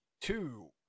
two